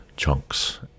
Chunks